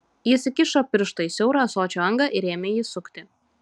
jis įkišo pirštą į siaurą ąsočio angą ir ėmė jį sukti